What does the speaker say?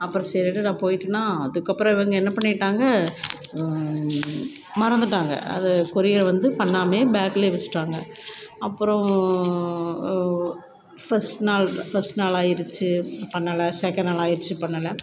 அப்புறம் சரின்ட்டு நான் போயிவிட்டனா அதுக்கப்புறம் இவங்க என்ன பண்ணிவிட்டாங்க மறந்துவிட்டாங்க அது கொரியர் வந்து பண்ணாமையே பேக்ல வச்சிட்டாங்க அப்புறோம் ஃபர்ஸ்ட் நாள் ஃபர்ஸ்ட் நாள் ஆயிடுச்சு பண்ணலை செகண்ட் நாள் ஆயிடுச்சு பண்ணலை